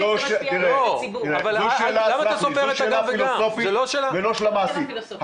זו שאלה פילוסופית ולא שאלה מעשית.